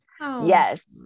Yes